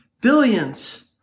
billions